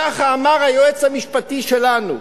ככה אמר היועץ המשפטי שלנו.